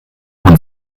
man